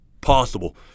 possible